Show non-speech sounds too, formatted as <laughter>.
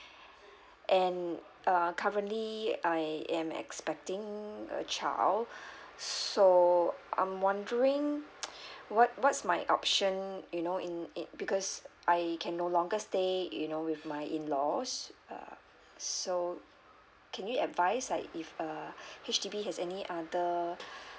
and uh currently I am expecting a child so I'm wondering <noise> what what's my option you know in in because I can no longer stay you know with my in laws uh so can you advise like if uh H_D_B has any other